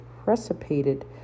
Precipitated